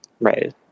Right